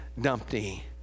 Dumpty